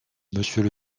monsieur